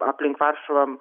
aplink varšuvą